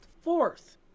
fourth